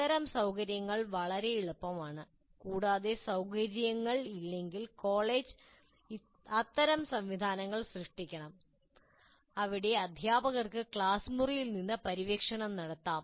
അത്തരം സൌകര്യങ്ങൾ വളരെ എളുപ്പമാണ് കൂടാതെ സൌകര്യങ്ങൾ ഇല്ലെങ്കിൽ കോളേജ് അത്തരം സംവിധാനങ്ങൾ സൃഷ്ടിക്കണം അവിടെ അധ്യാപകർക്ക് ക്ലാസ് മുറിയിൽ നിന്ന് പര്യവേക്ഷണം നടത്താം